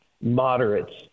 moderates